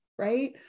Right